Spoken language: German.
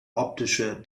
optische